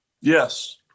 Yes